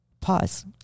pause